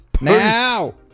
Now